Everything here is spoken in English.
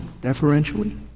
deferentially